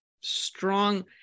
strong